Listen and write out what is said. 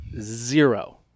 zero